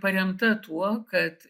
paremta tuo kad